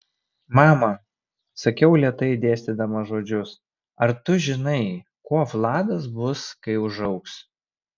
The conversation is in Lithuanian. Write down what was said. mama sakiau lėtai dėstydama žodžius ar tu žinai kuo vladas bus kai užaugs